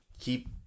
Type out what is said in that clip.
keep